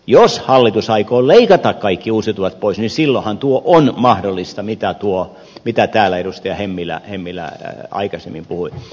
jos hallitus aikoo leikata kaikki uusiutuvat pois niin silloinhan tuo on mahdollista mitä täällä edustaja hemmilä aikaisemmin puhui